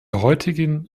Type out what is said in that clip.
heutigen